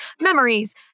memories